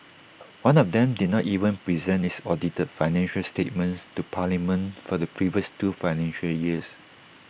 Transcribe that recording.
one of them did not even present its audited financial statements to parliament for the previous two financial years